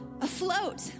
afloat